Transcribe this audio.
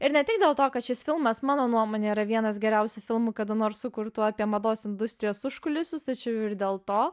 ir ne tik dėl to kad šis filmas mano nuomone yra vienas geriausių filmų kada nors sukurtų apie mados industrijos užkulisius tačiau ir dėl to